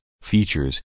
features